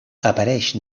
apareix